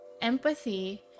empathy